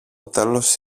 τέλος